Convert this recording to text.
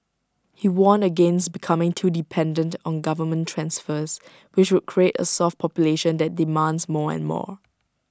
he warned against becoming too dependent on government transfers which would create A soft population that demands more and more